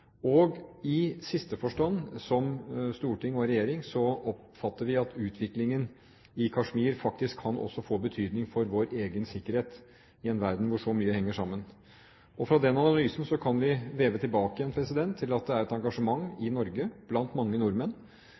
og, i siste forstand, som storting og regjering oppfatter vi at utviklingen i Kashmir faktisk også kan få betydning for vår egen sikkerhet i en verden hvor så mye henger sammen. Fra den analysen kan vi lede tilbake igjen til at det er et engasjement i Norge, blant mange nordmenn,